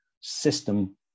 system